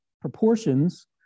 proportions